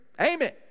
Amen